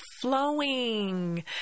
flowing